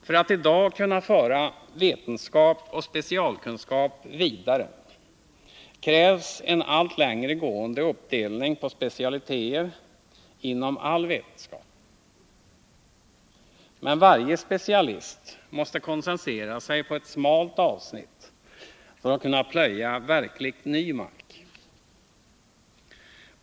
För att i dag kunna föra vetenskap och specialkunskap vidare krävs en allt längre gående uppdelning på specialiteter inom all vetenskap. Men varje specialist måste koncentrera sig på ett smalt avsnitt för att kunna plöja verkligt ny mark.